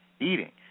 eating